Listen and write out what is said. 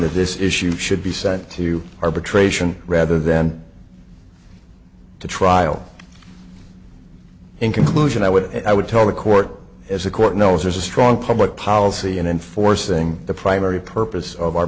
that this issue should be sent to arbitration rather than to trial in conclusion i would i would tell the court as the court knows there's a strong public policy in enforcing the primary purpose of